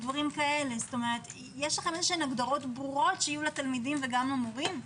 יש לכם הגדרות ברורות שיהיו לתלמידים וגם למורים?